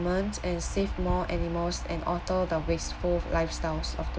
and save more animals and alter the wasteful lifestyles of the